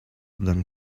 then